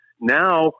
Now